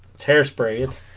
it's hair spray it's